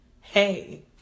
hey